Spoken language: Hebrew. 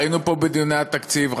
היינו פה בדיוני התקציב,